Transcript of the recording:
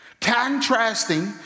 Contrasting